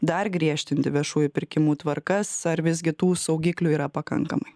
dar griežtinti viešųjų pirkimų tvarkas ar visgi tų saugiklių yra pakankamai